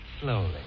slowly